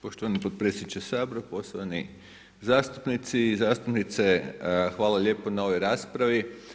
Poštovani potpredsjedniče Sabora, poštovani zastupnici i zastupnice, hvala lijepo na ovoj raspravi.